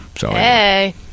Hey